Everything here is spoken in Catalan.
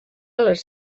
les